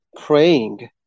praying